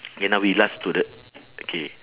ya lah we last correct okay